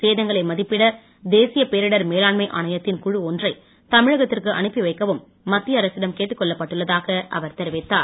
சேதங்களை மதிப்பிட தேசிய பேரிடர் மேலாண்மை அணையத்தின் குழு ஒன்றை தமிழகத்திற்கு அனுப்பி வைக்கவும் மத்திய அரசிடம் கேட்டுக் கொள்ளப்பட்டுள்ளதாக அவர் தெரிவித்தார்